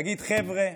תגיד: חבר'ה,